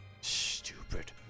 Stupid